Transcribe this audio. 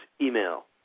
email